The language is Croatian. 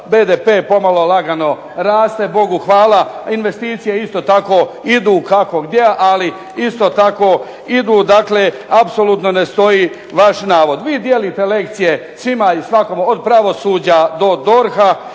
BDP pomalo lagano raste Bogu hvala, a investicije isto tako idu kako gdje. Ali isto tako idu. Dakle, apsolutno ne stoji vaš navod. Vi dijelite lekcije svima i svakom od pravosuđa do DORH-a